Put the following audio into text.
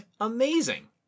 amazing